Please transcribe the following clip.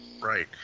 Right